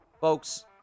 Folks